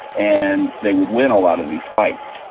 and they would win a lot of these fights.